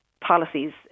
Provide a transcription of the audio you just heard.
policies